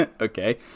okay